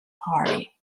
party